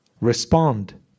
respond